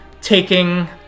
taking